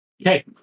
Okay